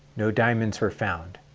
no diamonds were found.